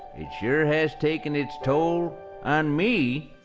it sure has taken its toll on me.